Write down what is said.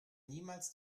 niemals